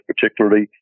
particularly